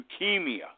Leukemia